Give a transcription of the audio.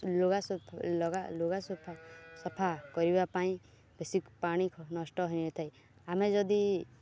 ଲୁଗା ସଫା ସଫା କରିବା ପାଇଁ ବେଶି ପାଣି ନଷ୍ଟ ହୋଇନଥାଏ ଆମେ ଯଦି